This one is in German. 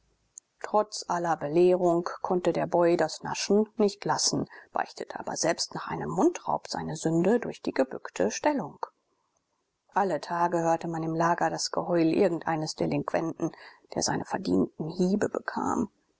trotz aller belehrung konnte der boy das naschen nicht lassen beichtete aber selbst nach einem mundraub seine sünde durch die gebückte stellung alle tage hörte man im lager das geheul irgendeines delinquenten der seine verdienten hiebe bekam